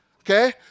okay